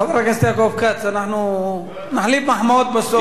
חבר הכנסת יעקב כץ, אנחנו נחלק מחמאות בסוף.